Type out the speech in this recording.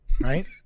right